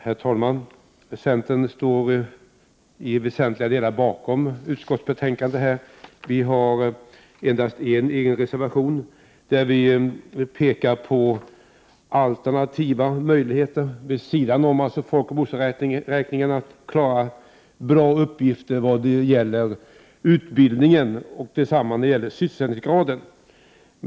Herr talman! Centern står i väsentliga delar bakom utskottets betänkande. Vi har endast en egen reservation, där vi pekar på alternativa möjligheter, vid sidan om folkoch bostadsräkningen, att få fram bra uppgifter vad gäller utbildning och sysselsättningsgrad.